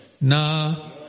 Na